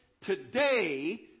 today